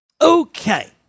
Okay